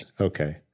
Okay